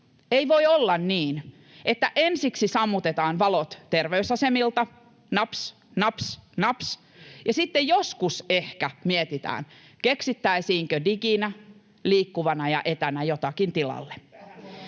Ei voi olla niin, että ensiksi sammutetaan valot terveysasemilta — naps, naps, naps — ja sitten joskus ehkä mietitään, keksittäisiinkö diginä, liikkuvana ja etänä jotakin tilalle.